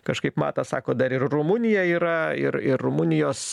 kažkaip matas sako dar ir rumunija yra ir ir rumunijos